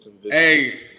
Hey